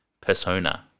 persona